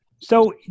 So-